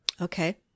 Okay